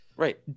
Right